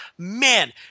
Man